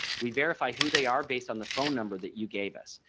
we verify who they are based on the phone number that you gave us.